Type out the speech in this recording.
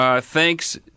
thanks